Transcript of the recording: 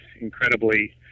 incredibly